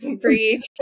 breathe